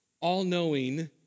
all-knowing